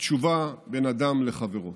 התשובה בין אדם לחברו.